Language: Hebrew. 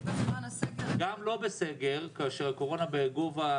גם לא בסגר כאשר הקורונה בגובה,